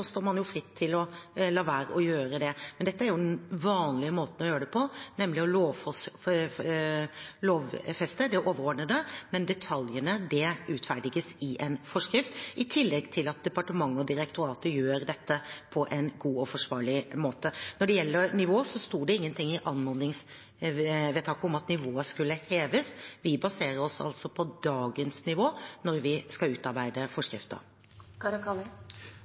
står man fritt til å la være å gjøre det. Men dette er den vanlige måten å gjøre det på, nemlig å lovfeste det overordnede, mens detaljene utferdiges i en forskrift – i tillegg til at departementet og direktoratet gjør dette på en god og forsvarlig måte. Når det gjelder nivå, sto det ingenting i anmodningsvedtaket om at nivået skulle heves. Vi baserer oss altså på dagens nivå når vi skal utarbeide